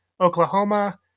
Oklahoma